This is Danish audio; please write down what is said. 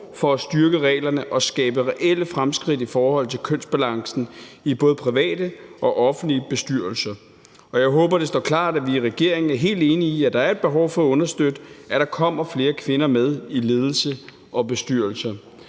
for at styrke reglerne og skabe reelle fremskridt i forhold til kønsbalancen i både private og offentlige bestyrelser. Jeg håber, at det står klart, at vi i regeringen er helt enige i, at der er et behov for at understøtte, at der kommer flere kvinder med i ledelse og bestyrelser.